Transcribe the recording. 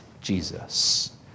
Jesus